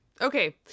Okay